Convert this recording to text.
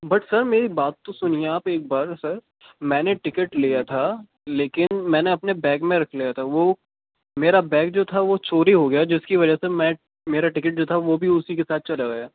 but sir میری بات تو سنیے آپ ایک بار سر میں نے ٹکٹ لیا تھا لیکن میں نے اپنے بیگ میں رکھ لیا تھا وہ میرا بیگ جو تھا وہ چوری ہو گیا جس کی وجہ سے میں میرا ٹکٹ جو تھا وہ بھی اسی کے ساتھ چلا گیا